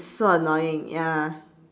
so annoying ya